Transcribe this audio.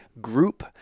group